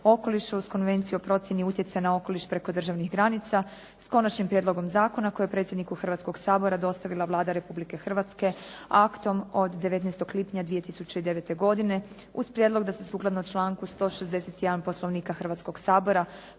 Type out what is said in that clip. uz Konvenciju o procjeni utjecaja na okoliš preko državnih granica s konačnim prijedlogom zakona koji je predsjedniku Hrvatskoga sabora dostavila Vlada Republike Hrvatske aktom od 19. lipnja 2009. godine uz prijedlog da se sukladno članku 161. Poslovnika Hrvatskoga sabora